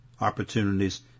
opportunities